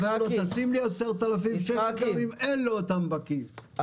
אומר לו: תשים לי 10,000 שקל ואין לו אותם בכיס,